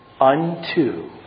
Unto